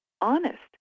honest